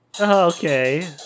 Okay